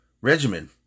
regimen